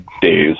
days